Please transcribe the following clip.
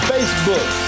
Facebook